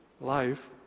life